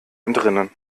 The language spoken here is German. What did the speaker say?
entrinnen